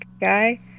guy